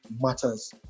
matters